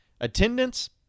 attendance